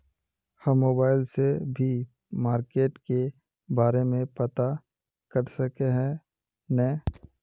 हम मोबाईल से भी मार्केट के बारे में पता कर सके है नय?